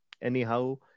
Anyhow